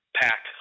pack